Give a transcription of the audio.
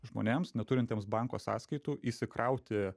žmonėms neturintiems banko sąskaitų įsikrauti